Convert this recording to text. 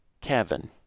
Kevin